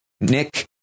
Nick